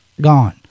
gone